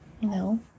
no